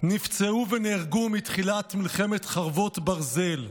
נפצעו ונהרגו מתחילת מלחמת חרבות ברזל.